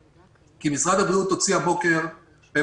כי משרד הבריאות הוציא היום בבוקר את